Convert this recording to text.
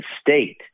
State